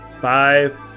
five